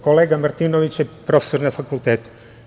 Kolega Martinović je profesor na fakultetu.